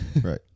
Right